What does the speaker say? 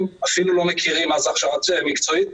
אפילו לא מכירים מה זה הכשרה מקצועית,